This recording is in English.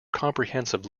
comprehensive